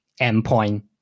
endpoint